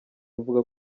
mvuga